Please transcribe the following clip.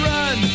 Run